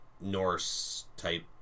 Norse-type